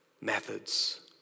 methods